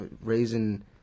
raising